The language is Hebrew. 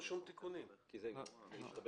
לי.